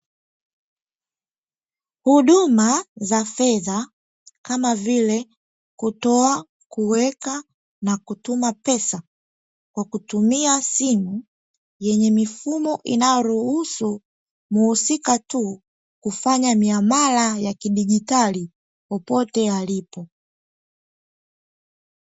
Huduma za fedha kama vile kutoa, kuweka na kutuma pesa Kwa kutumia simu yenye mifumo inayoruhusu mhusika tu kufanya miamala ya kidijitali popote alipo.